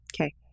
Okay